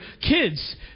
kids